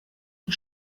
mit